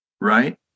Right